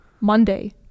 Monday